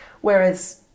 whereas